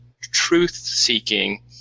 truth-seeking